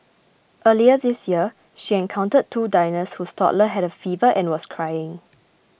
earlier this year she encountered two diners whose toddler had a fever and was crying